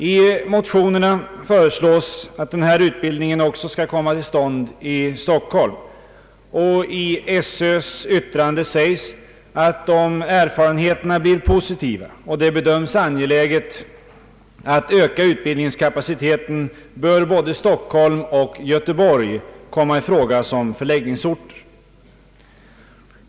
I motionerna föreslås att den här utbildningen också skall komma till stånd i Stockholm, och i Sö:s yttrande sägs att om erfarenheterna blir positiva och det bedöms angeläget att utöka utbildningskapaciteten bör både Stockholm och Göteborg komma i fråga som förläggningsorter.